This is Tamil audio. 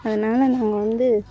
அதனால் நாங்கள் வந்து